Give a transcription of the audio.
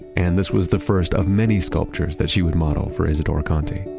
and this was the first of many sculptures that she would model for isidore konti.